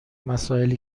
مسائلی